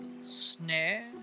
snare